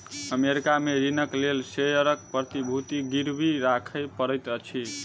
America में ऋणक लेल शेयरक प्रतिभूति गिरवी राखय पड़ैत अछि